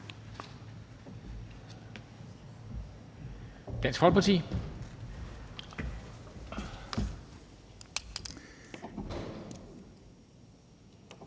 Dansk Folkeparti.